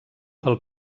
del